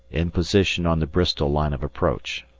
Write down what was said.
in position on the bristol line of approach,